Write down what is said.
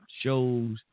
shows